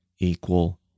equal